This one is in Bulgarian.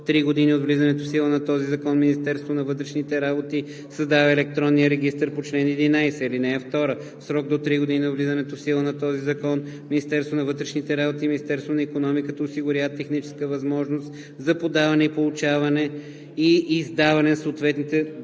три години от влизането в сила на този закон Министерството на вътрешните работи създава електронния регистър по чл. 11. (2) В срок до три години от влизането в сила на този закон Министерството на вътрешните работи и Министерството на икономиката осигуряват техническа възможност за подаване, получаване и издаване на съответните документи